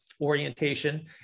orientation